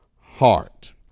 heart